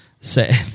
say